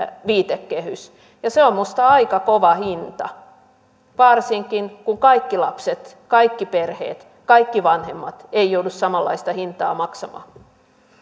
viitekehys ja se on minusta aika kova hinta varsinkin kun kaikki lapset kaikki perheet kaikki vanhemmat eivät joudu samanlaista hintaa maksamaan